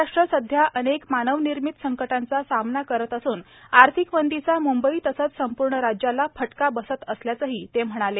महाराष्ट्र सध्या अनेक मानवनिर्मित संकटांचा सामना करत असून आर्थिक मंदीचा मुंबई तसंच संपूर्ण राज्याला फटका बसत असल्याचंही ते म्हणाले